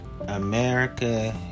America